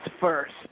first